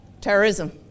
Terrorism